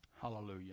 Hallelujah